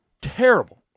terrible